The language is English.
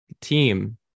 team